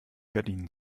gardinen